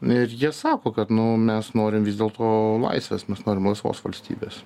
ir jie sako kad nu mes norim vis dėl to laisvės mes norim laisvos valstybės